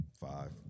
five